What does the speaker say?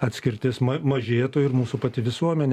atskirtis mažėtų ir mūsų pati visuomenė